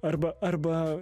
arba arba